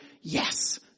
yes